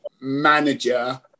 manager